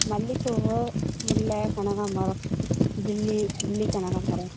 மல்லிப்பூ முல்லை கனகாமரம் டில்லி டில்லி கனகாமரம்